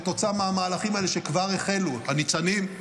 כתוצאה מהמהלכים האלה כבר החלו הניצנים.